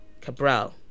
Cabral